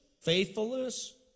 faithfulness